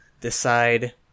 decide